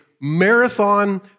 marathon